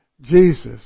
Jesus